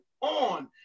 on